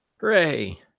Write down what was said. hooray